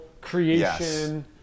creation